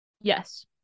Yes